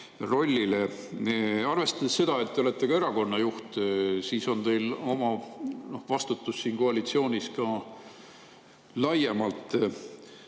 Arvestades seda, et te olete ka erakonna juht, on teil vastutus koalitsioonis ka laiemalt.